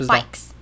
Bikes